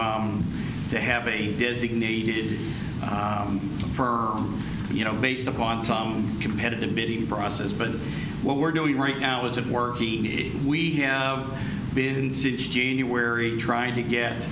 to to have a designated firm you know based upon some competitive bidding process but what we're doing right now is it working we have been since january trying to get